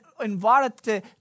invited